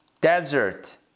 Desert